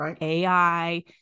AI